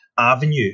Avenue